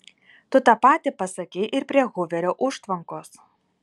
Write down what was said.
tu tą patį pasakei ir prie huverio užtvankos